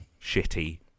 shitty